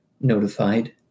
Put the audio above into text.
notified